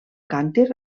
càntir